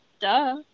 duh